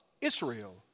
Israel